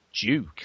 Duke